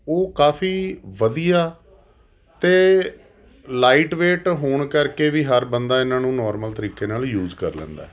ਉਹ ਕਾਫੀ ਵਧੀਆ ਅਤੇ ਲਾਈਟਵੇਟ ਹੋਣ ਕਰਕੇ ਵੀ ਹਰ ਬੰਦਾ ਇਹਨਾਂ ਨੂੰ ਨੋਰਮਲ ਤਰੀਕੇ ਨਾਲ ਯੂਜ਼ ਕਰ ਲੈਂਦਾ